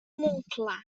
montclar